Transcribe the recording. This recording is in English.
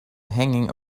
hanging